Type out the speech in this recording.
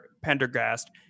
Pendergast